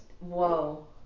whoa